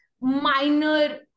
minor